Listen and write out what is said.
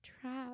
trapped